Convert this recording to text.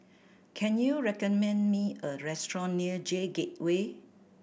can you recommend me a restaurant near J Gateway